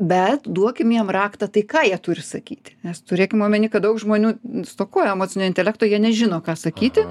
bet duokim jiem raktą tai ką jie turi sakyti nes turėkim omeny kad daug žmonių stokoja emocinio intelekto jie nežino ką sakyti